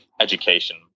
education